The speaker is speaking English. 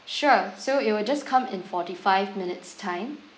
sure so it will just come in forty five minutes time